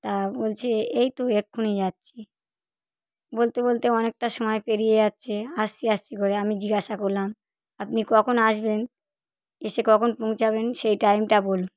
তা বলছে এই তো এক্ষুনি যাচ্ছি বলতে বলতে অনেকটা সময় পেরিয়ে যাচ্ছে আসছি আসছি করে আমি জিজ্ঞাসা করলাম আপনি কখন আসবেন এসে কখন পৌঁছাবেন সেই টাইমটা বলুন